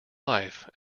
life